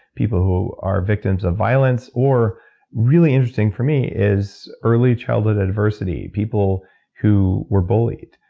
people who are victims of violence or really interesting for me is early childhood adversity, people who were bullied.